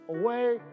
away